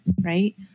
Right